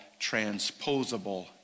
transposable